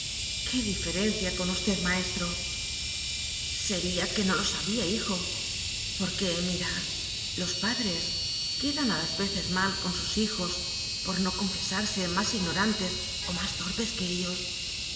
qué diferencia con usted maestro sería que no lo sabía hijo porque mira los padres quedan a las veces mal con sus hijos por no confesarse más ignorantes o más torpes que ellos